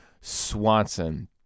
Swanson